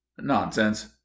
nonsense